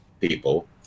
people